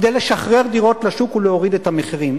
כדי לשחרר דירות לשוק ולהוריד את המחירים.